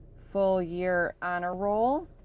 full year honor roll,